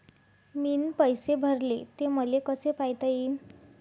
मीन पैसे भरले, ते मले कसे पायता येईन?